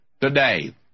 today